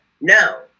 No